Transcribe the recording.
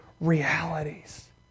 realities